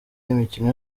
y’imikino